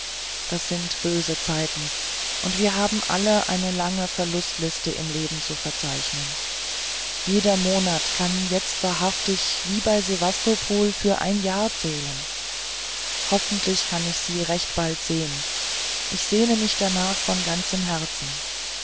das sind böse zeiten und wir haben alle eine lange verlustliste im leben zu verzeichnen jeder monat kann jetzt wahrhaftig wie bei sebastopol für ein jahr zählen hoffentlich kann ich sie recht bald sehen ich sehne mich danach von ganzem herzen